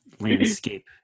landscape